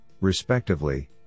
respectively